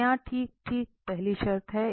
तो यह ठीक ठीक पहली शर्त है